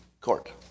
court